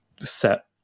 set